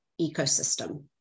ecosystem